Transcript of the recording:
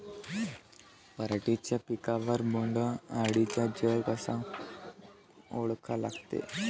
पराटीच्या पिकावर बोण्ड अळीचा जोर कसा ओळखा लागते?